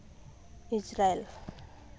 Israel